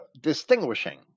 distinguishing